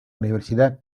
universidad